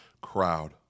crowd